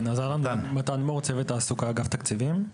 אני מצוות תעסוקה באגף התקציבים.